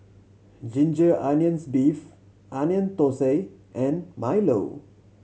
ginger onions beef Onion Thosai and milo